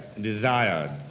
desired